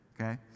okay